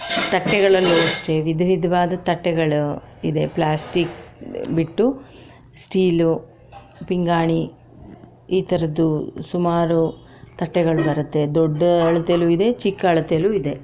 ತಟ್ಟೆಗಳಲ್ಲೂ ಅಷ್ಟೆ ವಿಧವಿಧ್ವಾದ ತಟ್ಟೆಗಳು ಇದೆ ಪ್ಲಾಸ್ಟಿಕ್ ಬಿಟ್ಟು ಸ್ಟೀಲು ಪಿಂಗಾಣಿ ಈ ಥರದ್ದು ಸುಮಾರು ತಟ್ಟೆಗಳು ಬರುತ್ತೆ ದೊಡ್ಡ ಅಳತೇಲೂ ಇದೆ ಚಿಕ್ಕ ಅಳತೇಲೂ ಇದೆ